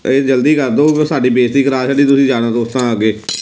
ਇਹ ਜਲਦੀ ਕਰ ਦਿਓ ਬ ਸਾਡੀ ਬੇਇੱਜ਼ਤੀ ਕਰਾ ਛੱਡੀ ਤੁਸੀਂ ਯਾਰਾਂ ਦੋਸਤਾਂ ਅੱਗੇ